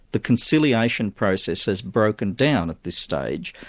the conciliation process has broken down at this stage,